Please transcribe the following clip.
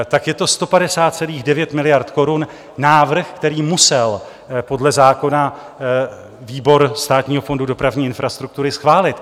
Tak je to 150,9 miliardy korun, návrh, který musel podle zákona výbor Státního fondu dopravní infrastruktury schválit.